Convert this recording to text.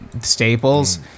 Staples